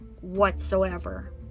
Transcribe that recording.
whatsoever